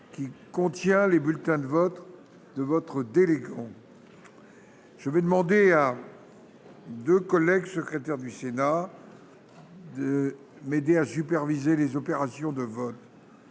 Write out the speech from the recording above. Je vais demander à. 2 collègues secrétaire du Sénat. De m'aider à superviser les opérations de vote.